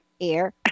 air